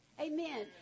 Amen